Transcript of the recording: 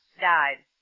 died